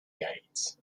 gates